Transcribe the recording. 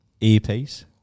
earpiece